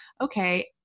okay